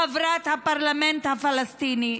חברת הפרלמנט הפלסטיני,